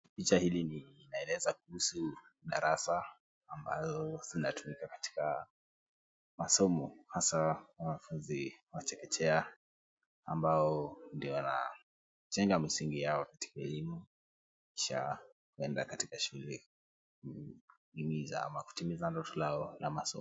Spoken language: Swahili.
Picha hili linaeleza umuhimu ya darasa ambayo zinatumika katika masomo hasa wanafunzi wa chekechea ambao ndio wanajenga msingi yao katika elimu kisha huenda katika shule ama kutimiza ndoto lao la masomo.